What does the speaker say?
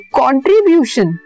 contribution